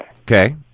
Okay